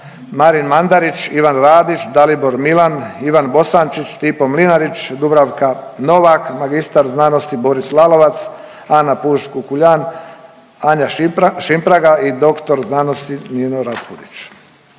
Marin Mandarić, Ivan Radić, Dalibor Milan, Ivan Bosančić, Stipo Mlinarić, Dubravka Novak, mr.sc. Boris Lalovac, Ana Puž Kukuljan, Anja Šimpraga i dr.sc. Nino Raspudić.